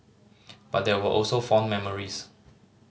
but there were also fond memories